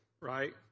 right